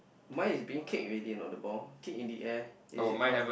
mine is being kicked already you know the ball kick in the air is it correct